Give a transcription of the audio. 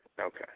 Okay